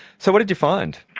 so what did you find?